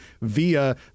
via